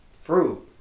fruit